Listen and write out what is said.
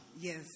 yes